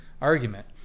argument